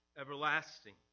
everlasting